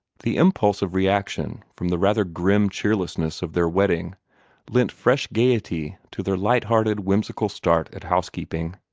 the impulse of reaction from the rather grim cheerlessness of their wedding lent fresh gayety to their lighthearted, whimsical start at housekeeping.